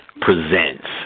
presents